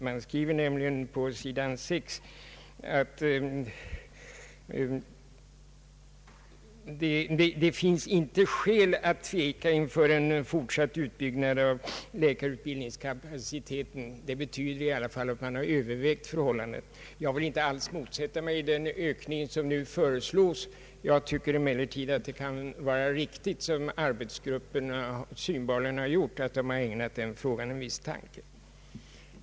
På s. 6 heter det att det inte finns skäl att tveka inför en fortsatt utbyggnad av = läkarutbildningskapaciteten. Det betyder i alla fall att man Öövervägt situationen. Jag vill inte alls motsätta mig den ökning som nu föreslås. Jag tycker emellertid att det kan vara riktigt som arbetsgruppen gjort, att ägna den frågan en viss tanke.